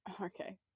Okay